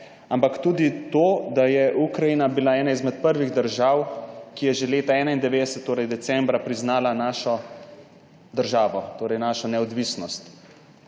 Ampak tudi to, da je Ukrajina bila ena izmed prvih držav, ki je že decembra leta 1991 priznala našo državo, torej našo neodvisnost.